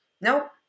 nope